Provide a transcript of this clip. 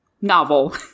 novel